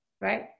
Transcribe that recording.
right